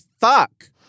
fuck